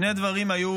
שני דברים שהיו